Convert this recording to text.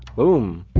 boom!